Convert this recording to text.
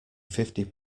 fifty